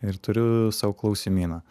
ir turiu sau klausimyną